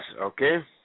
Okay